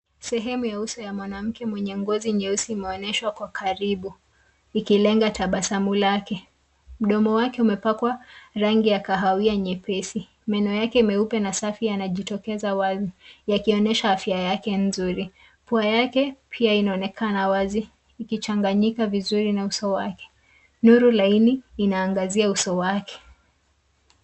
Sehemu ya uso ya mwanamke mwenye ngozi nyeusi imeonyeshwa kwa karibu, ikilenga tabasamu lake. Mdomo wake umepakwa rangi ya kahawia nyepesi. Meno yake meupe na safi yanajitokeza wazi yakionyesha afya yake nzuri. Pua yake pia inaonekana wazi ikichanganyika vizuri na uso wake. Nuri laini inaangazia uso wake.